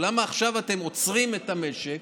או למה עכשיו אתם עוצרים את המשק?